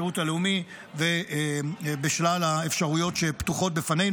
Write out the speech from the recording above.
בשירות הלאומי ובשלל האפשרויות שפתוחות בפנינו.